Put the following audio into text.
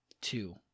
two